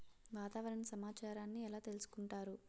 వాతావరణ సమాచారాన్ని ఎలా తెలుసుకుంటారు?